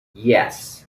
yes